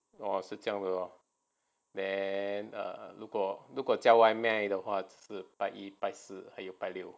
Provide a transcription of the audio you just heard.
orh 是这样的 lor 如果如果叫外卖的话是拜一拜四还有拜六